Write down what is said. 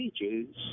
pages